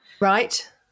Right